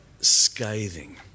scathing